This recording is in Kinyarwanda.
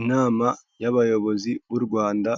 Inama y'abayobozi b'u Rwanda